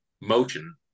motion